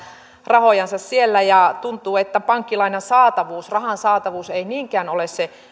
rahojansa siellä ja tuntuu että pankkilainan saatavuus rahan saatavuus ei niinkään ole se